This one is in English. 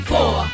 Four